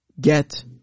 get